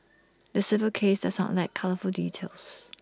the civil case does not lack colourful details